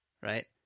right